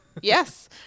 Yes